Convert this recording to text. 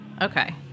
okay